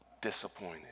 disappointed